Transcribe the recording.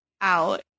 out